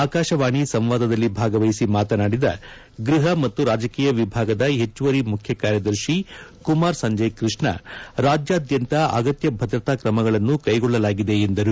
ಆಕಾಶವಾಣಿ ಸಂವಾದದಲ್ಲಿ ಭಾಗವಹಿಸಿ ಮಾತನಾಡಿದ ಗೃಹ ಮತ್ತು ರಾಜಕೀಯ ವಿಭಾಗದ ಹೆಚ್ಚುವರಿ ಮುಖ್ಯ ಕಾರ್ದರ್ಶಿ ಕುಮಾರ್ ಸಂಜಯ್ ಕೃಷ್ಣ ರಾಜ್ಯಾದ್ಯಂತ ಅಗತ್ಯ ಭದ್ರತಾ ಕ್ರಮಗಳನ್ನು ಕೈಗೊಳ್ಳಲಾಗಿದೆ ಎಂದರು